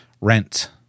Rent